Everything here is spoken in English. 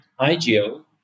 IGO